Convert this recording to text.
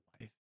life